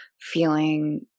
feeling